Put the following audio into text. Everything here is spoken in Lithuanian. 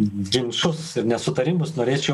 ginčus ir nesutarimus norėčiau